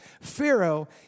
Pharaoh